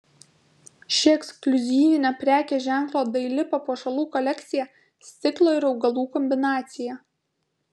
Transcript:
ši ekskliuzyvinė prekės ženklo daili papuošalų kolekcija stiklo ir augalų kombinacija